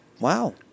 wow